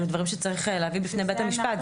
אלו דברים שצריך להביא בפני בית המשפט.